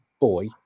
boy